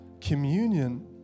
Communion